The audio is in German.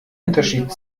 unterschied